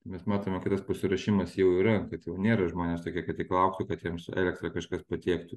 mes matome kad tas pasiruošimas jau yra kad jau nėra žmonės tokie kad tik lauktų kad jiems elektrą kažkas patiektų